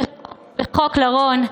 רפורמה בחוק לרון,